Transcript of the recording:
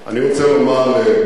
אני רוצה לומר ליושב-ראש